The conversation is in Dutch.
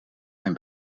mijn